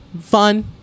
fun